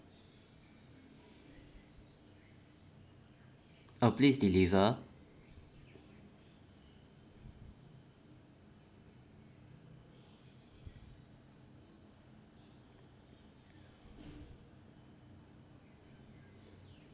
uh please deliver